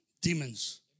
demons